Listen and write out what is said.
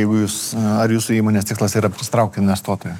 jeigu jūs ar jūsų įmonės tikslas yra pasitraukt investuotoją